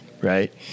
right